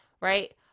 right